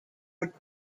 are